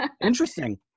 Interesting